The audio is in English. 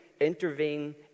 intervene